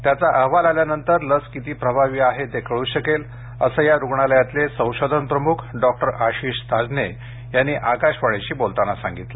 त्याचा अहवाल आल्यानंतर लस किती प्रभावी आहे ते कळू शकेल असं या रुग्णालयातले संशोधन प्रमुख डॉक्टर आशिष ताजने यांनी आकाशवाणीशी बोलताना सांगितलं